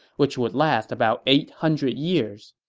which would last about eight hundred years.